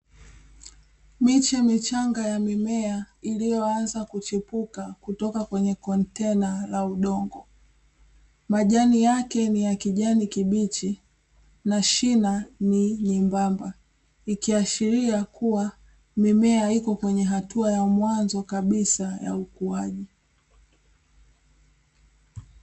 Miche michanga ya mimea iliyoanza kuchipuka kutoka kwenye kontena la udongo. Majani yake ni ya kijani kibichi na shina ni nyembamba, ikiashiria kuwa mimea ipo kwenye hatua ya mwanzo kabisa ya ukuaji.